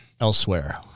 Elsewhere